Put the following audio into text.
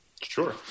Sure